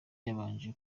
yabanje